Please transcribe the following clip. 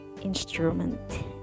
instrument